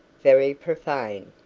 very profane.